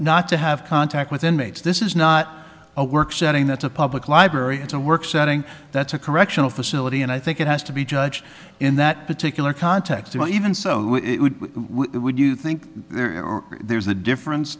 not to have contact with inmates this is not a work setting that's a public library it's a work setting that's a correctional facility and i think it has to be judged in that particular context and even so would you think there's a difference